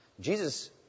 Jesus